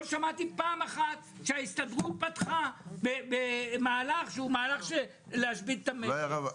לא שמעתי פעם אחת שההסתדרות פתחה במהלך שהוא מהלך של להשבית את המשק,